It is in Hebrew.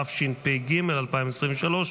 התשפ"ג 2023,